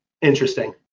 interesting